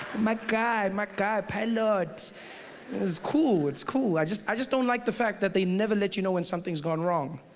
my guy, my guy! pilot! it's cool, it's cool. i just i just don't like the fact that they never let you know when something's gone wrong.